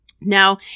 now